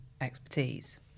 expertise